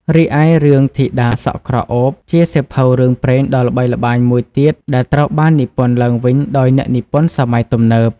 រីឯ រឿង ធីតាសក់ក្រអូប ជាសៀវភៅរឿងព្រេងដ៏ល្បីល្បាញមួយទៀតដែលត្រូវបាននិពន្ធឡើងវិញដោយអ្នកនិពន្ធសម័យទំនើប។